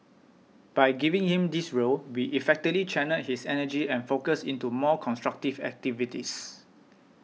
by giving him this role we effectively channelled his energy and focus into more constructive activities